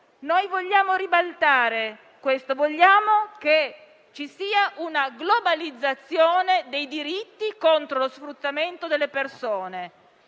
Vogliamo ribaltare questa equazione e che ci sia una globalizzazione dei diritti contro lo sfruttamento delle persone,